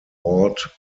ward